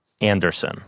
Anderson